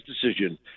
decision